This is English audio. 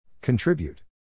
Contribute